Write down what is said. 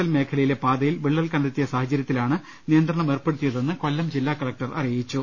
L മേഖലയിലെ പാതയിൽ വിള്ളൽ കണ്ടെത്തിയ സാഹചര്യത്തിലാണ് നിയന്ത്രണം ഏർപ്പെടുത്തിയതെന്ന് കൊല്ലം കലക്ടർ അറിയിച്ചു